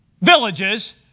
villages